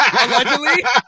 Allegedly